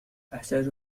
أحتاج